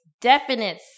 Definite